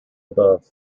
above